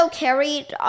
carried